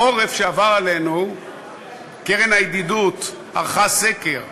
בחורף שעבר עלינו הקרן לידידות ערכה סקר.